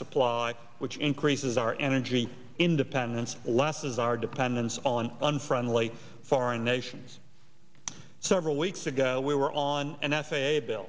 supply which increases our energy independence lass's our dependence on unfriendly foreign nations several weeks ago we were on an f a a bill